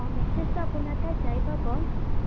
অঁ মেছেজটো আপোনাৰ তাত যাই পাব